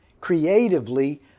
creatively